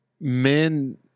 men